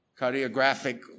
Cardiographic